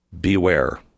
Beware